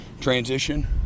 transition